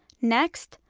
next,